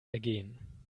ergehen